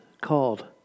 called